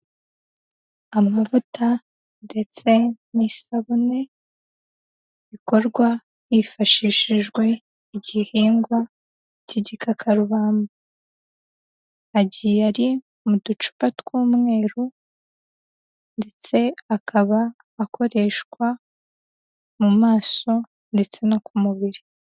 Amavuta ndetse n'isabune bikorwa hifashishijwe igihingwa cy'igikakarubamba. Agiye ari mu ducupa tw'umweru ndetse akaba akoreshwa mu maso ndetse no ku mubiri.